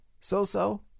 so-so